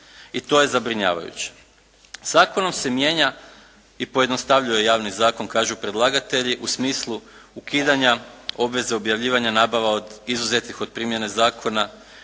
i to je zabrinjavajuće. Zakonom se mijenja i pojednostavljuje javni zakon kažu predlagatelji u smislu ukidanja obveze objavljivanja nabava od izuzetih od primjene zakona,